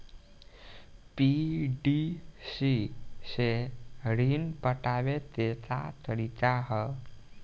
PDC से ऋण पटावे के का तरीका ह?